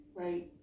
right